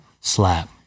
Slap